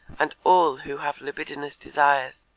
and all who have libidinous desires